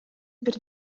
бир